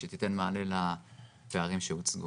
ושתיתן מענה לפערים שהוצגו.